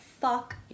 fuck